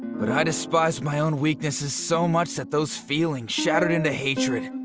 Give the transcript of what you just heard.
but i despise my own weaknesses so much that those feelings shattered into hatred